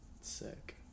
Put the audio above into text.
sick